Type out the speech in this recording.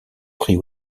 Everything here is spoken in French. pris